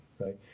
right